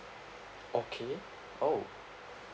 okay oh